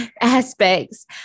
aspects